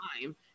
time